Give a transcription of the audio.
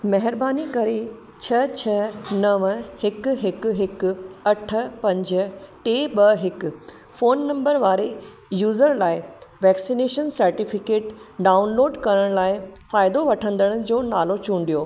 महिरबानी करे छह छ्ह नवं हिकु हिकु हिकु अठ पंज टे ॿ हिकु फोन नंबर वारे यूज़र लाइ वैक्सीनेशन सर्टिफिकेट डाउनलोड करण लाइ फ़ाइदो वठंदड़नि जो नालो चूंडियो